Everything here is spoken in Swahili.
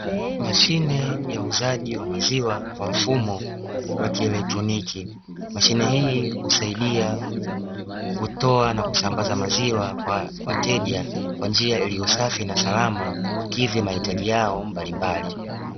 Mashine ya uuzaji wa maziwa kwa mfumo wa kielektroniki. Mashine hii husaidia kutoa na kusambaza maziwa kwa wateja kwa njia iliyo safi na salama kukidhi mahitaji yao mbalimbali.